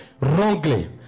wrongly